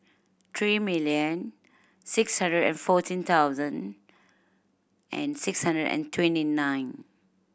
three million six hundred and fourteen thousand and six hundred and twenty nine